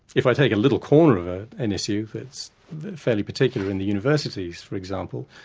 if i take a little corner of ah an issue that's fairly particular in the universities for example,